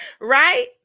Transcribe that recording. Right